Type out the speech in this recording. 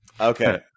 Okay